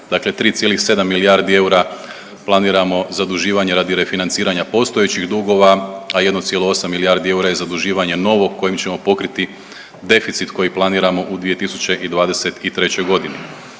dakle 3,7 milijardi eura planiramo zaduživanje radi refinanciranja postojećih dugova, a 1,8 milijardi eura je zaduživanje novo kojim ćemo pokriti deficit koji planiramo u 2023.g.